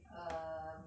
err